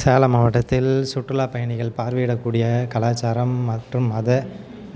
சேலம் மாவட்டத்தில் சுற்றுலாப் பயணிகள் பார்வையிடக்கூடிய கலாச்சாரம் மற்றும் மத